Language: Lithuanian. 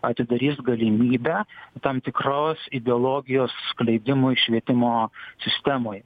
atidarys galimybę tam tikros ideologijos skleidimui švietimo sistemoj